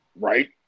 right